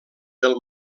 del